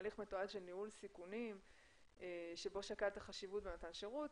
הליך מתועד של ניהול סיכונים שבו שקל ת חשיבות במתן שירות